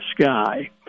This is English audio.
sky